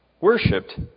Worshipped